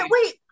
wait